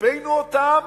שהקפאנו אותם,